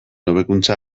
hobekuntza